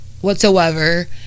whatsoever